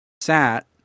sat